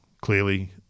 clearly